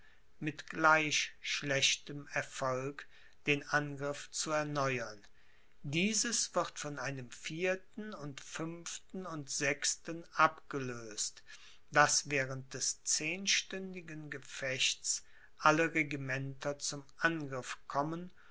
mit gleich schlechtem erfolg den angriff zu erneuern dieses wird von einem vierten und fünften und sechsten abgelöst daß während des zehnstündigen gefechts alle regimenter zum angriff kommen